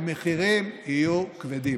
המחירים יהיו כבדים.